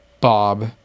Bob